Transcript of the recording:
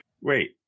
Wait